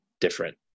different